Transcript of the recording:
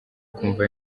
ukumva